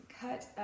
cut